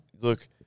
look